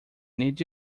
need